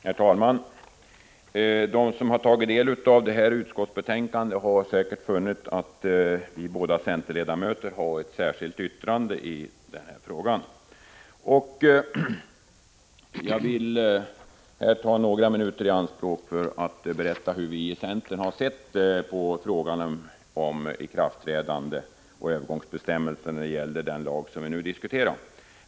Herr talman! De som har tagit del av utskottsbetänkandet har funnit att vi centerledamöter har ett särskilt yttrande i frågan, och jag vill ta några minuter i anspråk för att berätta om hur vi i centern har sett på frågan om ikraftträdande och övergångsbestämmelser när det gäller den lag som vi nu diskuterar.